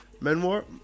memoir